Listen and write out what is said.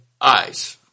eyes